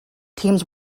teams